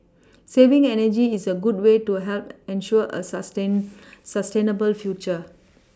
saving energy is a good way to help ensure a sustain sustainable future